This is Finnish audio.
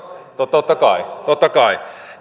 totta kai totta kai